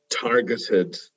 targeted